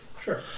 Sure